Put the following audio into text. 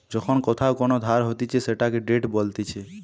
যখন কোথাও কোন ধার হতিছে সেটাকে ডেট বলতিছে